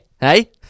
hey